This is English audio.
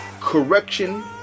Correction